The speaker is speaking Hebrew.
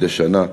מדי שנה,